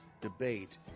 debate